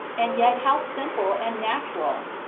and yet how simple and natural.